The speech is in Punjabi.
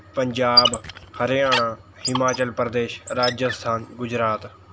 ਪੰਜਾਬ ਹਰਿਆਣਾ ਹਿਮਾਚਲ ਪ੍ਰਦੇਸ਼ ਰਾਜਸਥਾਨ ਗੁਜਰਾਤ